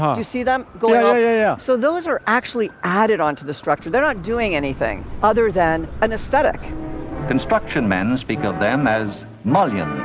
you see them going up ah yeah so those are actually added onto the structure. they're not doing anything other than an aesthetic construction man speaking of them as mollyann.